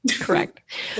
Correct